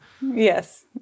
Yes